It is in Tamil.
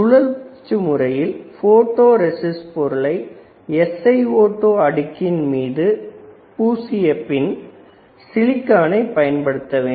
சூழல் பூச்சு முறையில் போட்டோ ரெசிஸ்ட பொருளை SiO2 அடுக்கின் மீது பூசிய பின் சிலிகானை பயன்படுத்த வேண்டும்